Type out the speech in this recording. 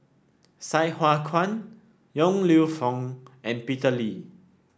Sai Hua Kuan Yong Lew Foong and Peter Lee